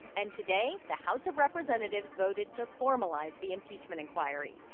and today the house of representatives voted to formalize the impeachment inquiry.